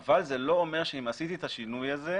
אבל זה לא אומר שאם עשיתי את השינוי הזה,